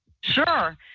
sure